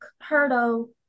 hurdle